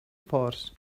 force